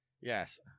Yes